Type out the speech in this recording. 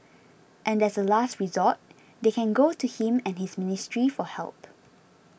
and as a last resort they can go to him and his ministry for help